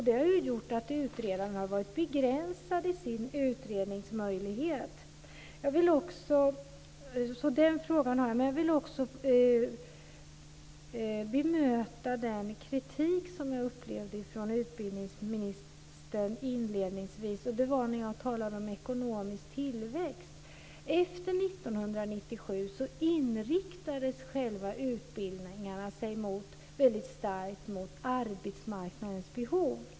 Det har gjort att utredaren har varit begränsad i sin möjlighet att utreda. Det undrar jag över. Jag vill också bemöta den kritik som jag upplevde från utbildningsministern inledningsvis, när jag talade om ekonomisk tillväxt. Efter 1997 inriktades utbildningarna väldigt starkt mot arbetsmarknadens behov.